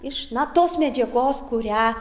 iš na tos medžiagos kurią